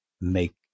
Make